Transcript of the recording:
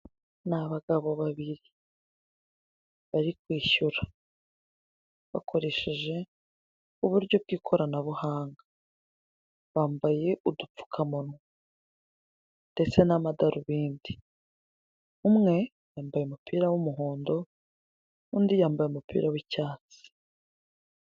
Ni abagabo babiri bari kwishyura bakoresheje uburyo bw'ikoranabuhanga, bambaye udupfukamunwa ndetse n'amadarubindi. Umwe yambaye umupira w'umuhondo undi yambaye umupira w'icyatsi.